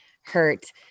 hurt